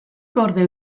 gorde